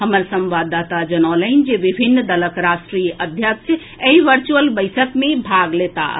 हमर संवाददाता जनौलनि जे विभिन्न दलक राष्ट्रीय अध्यक्ष एहि वर्चुअल बैसक मे भाग लेताह